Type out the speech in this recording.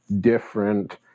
different